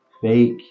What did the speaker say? fake